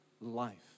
life